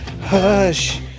hush